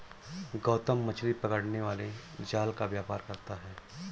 गौतम मछली पकड़ने वाले जाल का व्यापार करता है